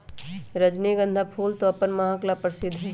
रजनीगंधा फूल तो अपन महक ला प्रसिद्ध हई